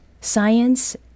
science